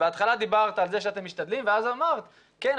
בהתחלה דיברת על זה שאתם משתדלים ואז אמרת 'כן,